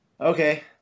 okay